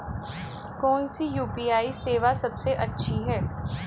कौन सी यू.पी.आई सेवा सबसे अच्छी है?